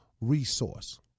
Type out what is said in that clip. resource